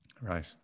Right